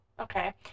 Okay